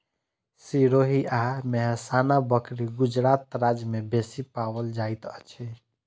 सिरोही आ मेहसाना बकरी गुजरात राज्य में बेसी पाओल जाइत अछि